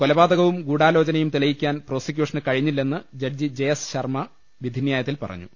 കൊലപാതകവും ഗൂഢാലോ ചനയും തെളിയിക്കാൻ പ്രോസിക്യൂഷന് കഴിഞ്ഞില്ലെന്ന് ജഡ്ജി ജെ എസ് ശർമ്മ വിധിന്യായത്തിൽ പറഞ്ഞു